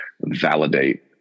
validate